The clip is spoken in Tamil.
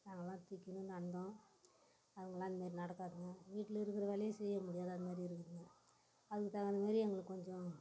நாங்கள்லாம் தூக்கின்னு நடந்தோம் அதுவோலாம் அதுமாரி நடக்காதுங்க வீட்டில் இருக்கிற வேலையே செய்ய முடியாது அது மாதிரி இருக்குதுங்க அதுக்கு தகுந்தமாரி எங்களுக்குக் கொஞ்சம்